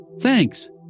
Thanks